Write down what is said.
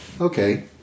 Okay